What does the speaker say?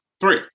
three